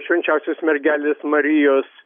švčenčiausios mergelės marijos